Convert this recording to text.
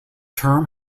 term